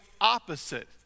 opposite